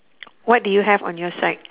what do you have on your side